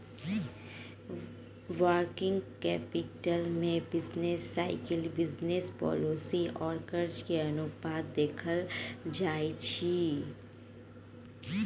working capital में business cycle, business policy आ कर्जा के अनुपातो देखल जाइ छइ